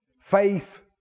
Faith